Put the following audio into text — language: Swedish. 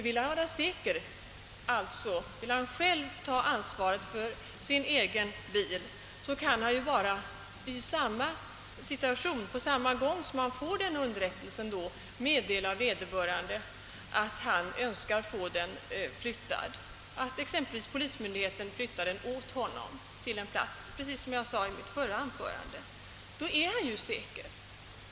Vill han själv ta ansvaret för sin bil, kan han på samma gång som han får underrättelsen meddela vederbörande att han önskar att exempelvis polismyndigheten skall flytta den åt honom till lämplig plats; just detta nämnde jag i mitt förra anförande. Då är han säker.